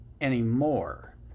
anymore